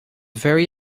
very